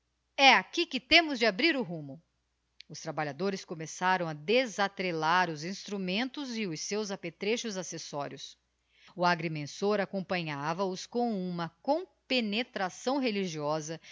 e aqui que temos de abrir o rumo os trabalhadores começaram a desatrelar os instrumentos e os seus apetrechos accessorios o agrimensor acompanhava-os com uma compenetração religiosa